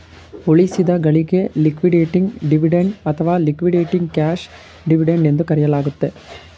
ಉಳಿಸಿದ ಗಳಿಕೆ liquidating dividend ಅಥವಾ ಲಿಕ್ವಿಡೇಟಿಂಗ್ ಕ್ಯಾಶ್ ಡಿವಿಡೆಂಡ್ ಎಂದು ಕರೆಯಲಾಗುತ್ತೆ